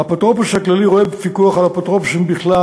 האפוטרופוס הכללי רואה בפיקוח על אפוטרופוסים בכלל